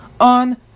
on